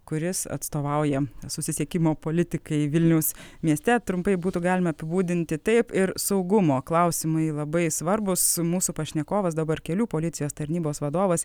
kuris atstovauja susisiekimo politikai vilniaus mieste trumpai būtų galima apibūdinti taip ir saugumo klausimai labai svarbus mūsų pašnekovas dabar kelių policijos tarnybos vadovas